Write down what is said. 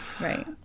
right